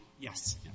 Yes